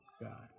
God